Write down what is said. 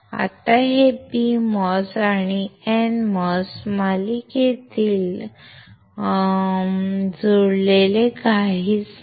आता हे PMOS आणि NMOS मालिकेमध्ये जोडलेले काहीही नाही